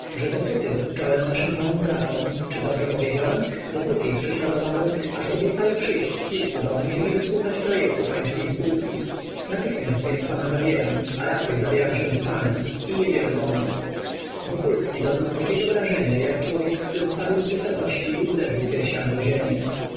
że dopóty dokuczałem naszym panom bratom czy dobrze powiedziałem dopóty ich prześladowałem aż obiecali przyjść w kilku do mnie i wysłuchać projektu pańskiej spółki natychmiast więc pana zabieram a raczej zabieram się z panem i jedziemy do mnie wokulski doznał takiego wrażenia jak człowiek który spadł z wysokości i uderzył piersiami o ziemię